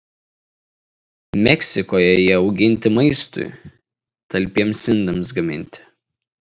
meksikoje jie auginti maistui talpiems indams gaminti